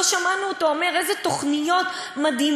לא שמענו אותו אומר איזה תוכניות מדהימות